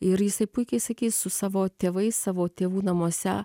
ir jisai puikiai sakys su savo tėvais savo tėvų namuose